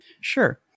Sure